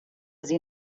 sie